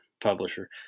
publisher